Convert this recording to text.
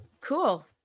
Cool